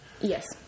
Yes